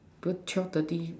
but twelve thirty